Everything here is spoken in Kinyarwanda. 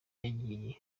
yagiye